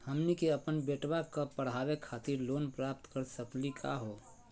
हमनी के अपन बेटवा क पढावे खातिर लोन प्राप्त कर सकली का हो?